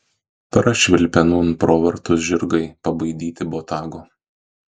prašvilpė nūn pro vartus žirgai pabaidyti botago